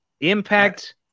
impact